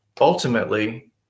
Ultimately